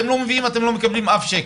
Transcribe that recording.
אם אתם לא מביאים לא תקבלו אף שקל'.